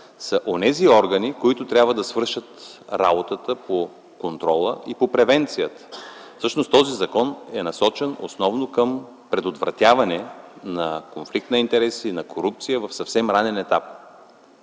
са органите, които трябва да свършат работата по контрола и превенцията. Всъщност законопроектът е насочен основно към предотвратяване на конфликта на интереси и на корупцията в съвсем ранен етап.